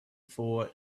four